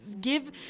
Give